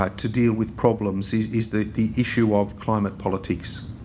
but to deal with problems is is that the issue of climate politics.